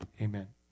Amen